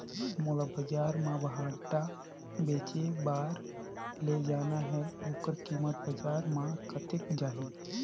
मोला बजार मां भांटा बेचे बार ले जाना हे ओकर कीमत बजार मां कतेक जाही?